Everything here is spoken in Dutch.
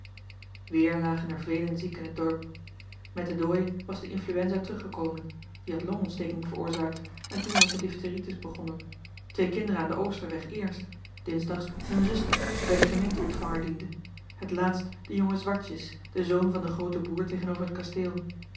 lagen er velen ziek in het dorp met den dooi was de influenza teruggekomen die had longontsteking veroorzaakt en toen was de diphteritis begonnen twee kinderen aan den oosterweg eerst dinsdags hun zuster die bij den gemeente-ontvanger diende het laatst de jonge zwartjes de zoon van den grooten boer tegenover het kasteel